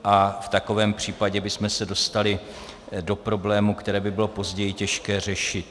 V takovém případě bychom se dostali do problémů, které by bylo později těžké řešit.